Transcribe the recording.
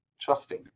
trusting